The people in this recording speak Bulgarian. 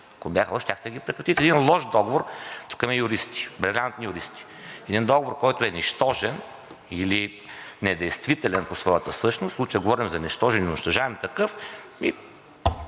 лоши, щяхте да ги прекратите. Един лош договор, тук има юристи, брилянтни юристи, един договор, който е нищожен или недействителен по своята същност, в случая говорим за нищожен и унищожаем такъв,